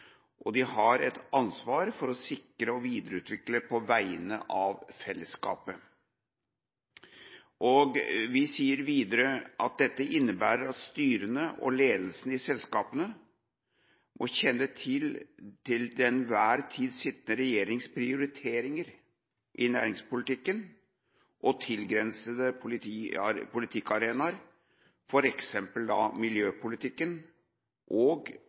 har. De har et ansvar for å sikre og videreutvikle på vegne av fellesskapet. Vi sier videre at dette innebærer at styrene og ledelsene i selskapene må kjenne til den til enhver tid sittende regjerings prioriteringer i næringspolitikken og tilgrensende politikkarenaer, f.eks. miljøpolitikken og